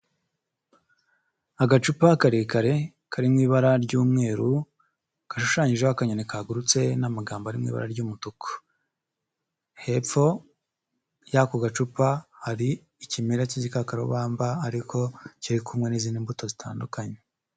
Agacupa karekare kari mu ibara ry'umweru, gashushanyijeho akanyoni kagurutse n'amagambo ari mu ibara ry'umutuku, hepfo y'ako gacupa hari ikimera cy'igikakarubamba ariko kiri kumwe n'izindi mbuto zitandukanye.